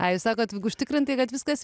ai sakot užtikrintai kad viskas